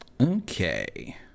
Okay